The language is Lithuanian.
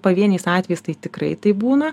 pavieniais atvejais tai tikrai taip būna